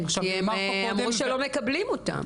כי הן אמרו שלא מקבלים אותן.